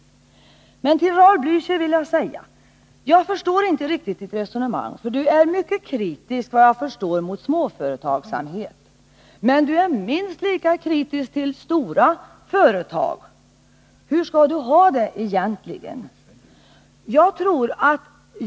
Till Raul Blächer vill jag säga att jag inte riktigt förstår hans resonemang. Han är mycket kritisk mot småföretagsamhet, men han är minst lika kritisk mot stora företag. Hur skall Raul Blächer ha det egentligen?